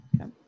Okay